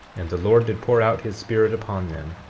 and the lord did pour out his spirit upon them,